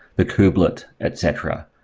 the kubelet, etc,